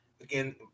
Again